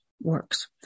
works